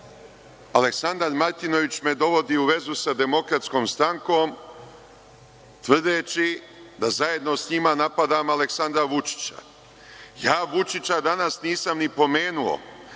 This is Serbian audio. Aleksandar Martinović me dovodi u vezu sa DS, tvrdeći da zajedno sa njima napadam Aleksandra Vučića. Ja Vučića danas nisam ni pomenuo.